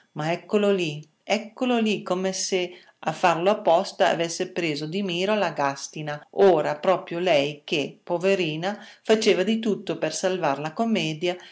ma eccolo lì eccolo lì come se a farlo apposta avesse preso di mira la gàstina ora proprio lei che poverina faceva di tutto per salvar la commedia